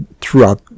throughout